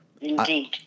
Indeed